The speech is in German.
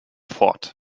fort